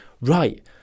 right